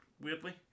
weirdly